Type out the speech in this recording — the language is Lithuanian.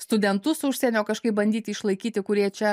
studentus užsienio kažkaip bandyti išlaikyti kurie čia